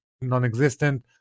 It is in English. non-existent